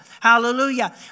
Hallelujah